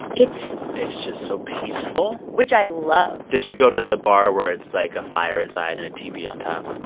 it's. it's just so peaceful which i love did you go to the bar where it's like a fire inside and a teepee on top?